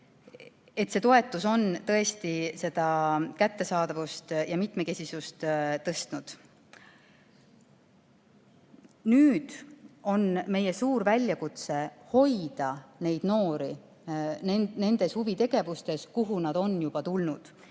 et see toetus on tõesti kättesaadavust ja mitmekesisust tõstnud. Nüüd on meie suur väljakutse hoida neid noori nendes huviringides, kuhu nad on juba tulnud.